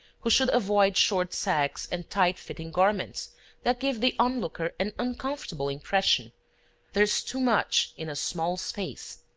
who should avoid short sacques and tight-fitting garments that give the on-looker an uncomfortable impression there is too much in a small space.